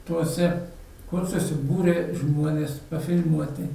tuose kur susibūrė žmonės nufilmuoti